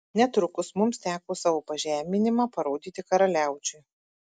netrukus mums teko savo pažeminimą parodyti karaliaučiui